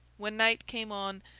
when night came on,